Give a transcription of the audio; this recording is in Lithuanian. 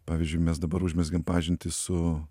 pavyzdžiui mes dabar užmezgėm pažintį su